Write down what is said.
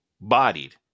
bodied